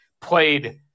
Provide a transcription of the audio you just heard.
played